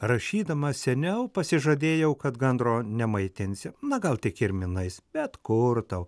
rašydama seniau pasižadėjau kad gandro nemaitinsiu na gal tik kirminais bet kur tau